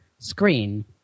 Screen